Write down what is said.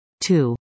Two